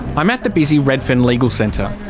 i'm at the busy redfern legal centre.